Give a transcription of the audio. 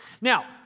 Now